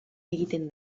egiten